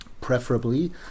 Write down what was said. preferably